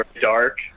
dark